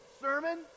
sermon